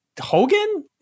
Hogan